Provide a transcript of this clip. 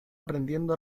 aprendiendo